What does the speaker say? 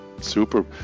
Super